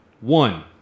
One